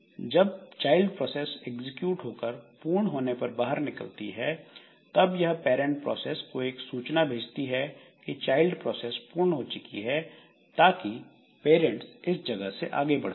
जब child process execute होकर पूर्ण होने पर बाहर निकलती है तब यह पैरंट प्रोसेस को एक सूचना भेजती है की चाइल्ड प्रोसेस पूर्ण हो चुकी है ताकि पेरेंट्स इस जगह से आगे बढ़ सके